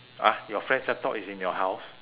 !huh! your friend's laptop is in your house